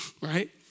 right